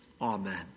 Amen